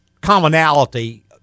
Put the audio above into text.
commonality